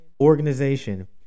organization